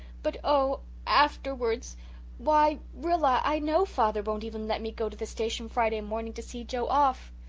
but oh afterwards why, rilla, i know father won't even let me go to the station friday morning to see joe off.